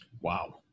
Wow